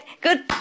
Good